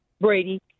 Brady